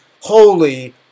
holy